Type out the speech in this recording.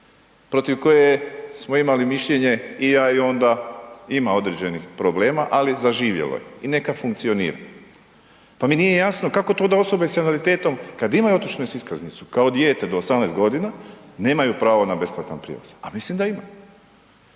Protiv koje smo imali mišljenje i ja i on da ima određenih problema, ali zaživjelo je i neka funkcionira. Pa mi nije jasno kako to da osobe s invaliditetom, kad imaju otočnu iskaznicu, kao dijete do 18 godina, nemaju pravo na besplatni prijevoz, a mislim da ima.